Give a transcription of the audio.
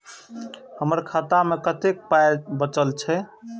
हमर खाता मे कतैक पाय बचल छै